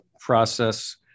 process